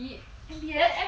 M_B_S